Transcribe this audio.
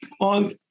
on